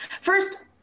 First